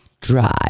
Drive